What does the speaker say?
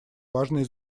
важное